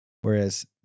Whereas